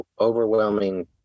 overwhelming